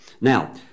Now